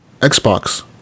Xbox